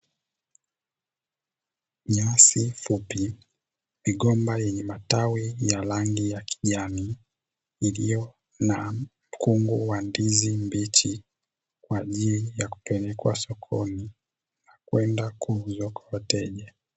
Nyasi fupi, migomba yenye matawi ya rangi ya kijani iliyo na mkungu wa ndizi mbichi kwa ajili ya kupelekwa sokoni na kwenda kuuzwa kwa wateja.